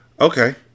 Okay